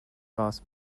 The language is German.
gras